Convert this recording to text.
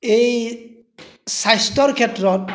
এই স্বাস্থ্যৰ ক্ষেত্ৰত